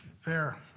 Fair